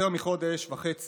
כבוד השר חילי